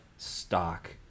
stock